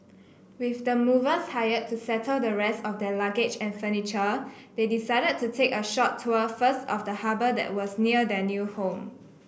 with the movers hired to settle the rest of their luggage and furniture they decided to take a short tour first of the harbour that was near their new home